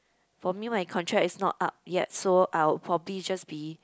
for me my contract is not up yet so I would probably just be